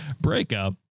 Breakup